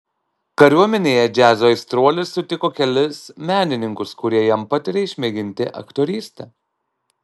kariuomenėje džiazo aistruolis sutiko kelis menininkus kurie jam patarė išmėginti aktorystę